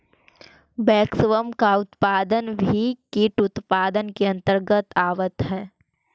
waxworm का उत्पादन भी कीट उत्पादन के अंतर्गत आवत है